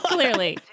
Clearly